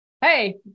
Hey